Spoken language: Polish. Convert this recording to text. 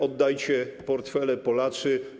Oddajcie portfele, Polacy.